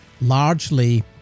largely